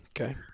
Okay